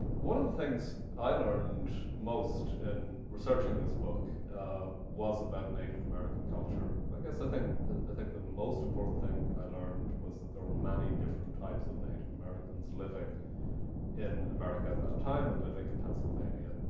one of the things i learned most in researching this book was about native american culture. i guess i think i think the most important thing i learned was that there were many different types of native americans living in america at that time, and living in pennsylvania.